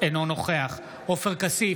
אינו נוכח עופר כסיף,